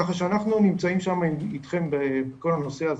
ככה שאנחנו נמצאים שם אתכם בכל הנושא הזה,